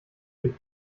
durch